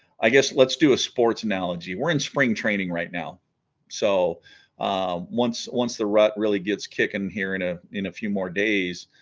i guess let's do a sports analogy we're in spring training right now so once once the rut really gets kicking here in a in a few more days